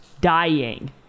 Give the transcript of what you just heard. dying